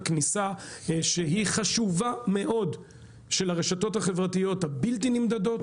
הכניסה שהיא חשובה מאוד של הרשתות החברתיות הבלתי נמדדות,